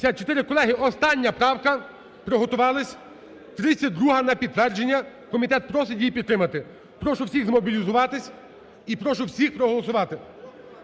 остання правка, приготувалися, 32 на підтвердження. Комітет просить її підтримати. Прошу всіх змобілізуватися і прошу